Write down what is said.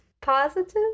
Positive